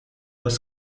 post